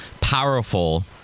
powerful